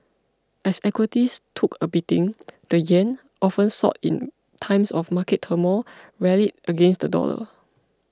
as equities took a beating the yen often sought in times of market turmoil rallied against the dollar